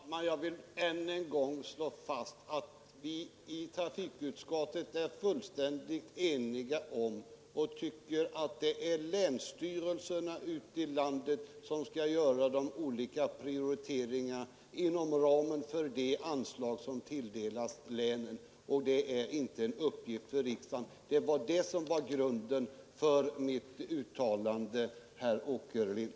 Herr talman! Jag vill ännu en gång slå fast att vi i trafikutskottet är fullständigt ense om och anser att det är länsstyrelserna ute i landet som skall göra olika prioriteringar inom ramen för de anslag som tilldelas länen och att detta inte är en uppgift för riksdagen. Det var detta som var grunden för mitt uttalande, herr Åkerlind.